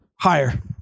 Higher